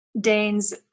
Dane's